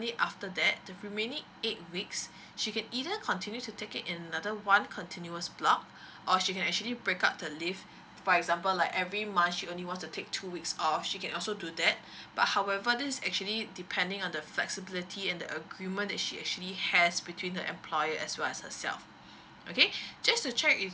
after that the remaining eight weeks she can either continue to take it in another one continuous block or she can actually break up the leave for example like every month she only want to take two weeks off she can also do that but however this is actually depending on the flexibility and the agreement that she actually has between the employer as well as herself okay just to check if